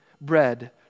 bread